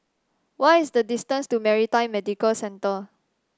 what is the distance to Maritime Medical Centre